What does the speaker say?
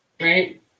right